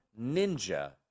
ninja